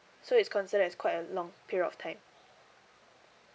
so it's consider as quite a long period of time